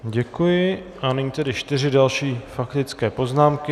Děkuji a nyní tedy čtyři další faktické poznámky.